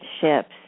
ships